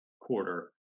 quarter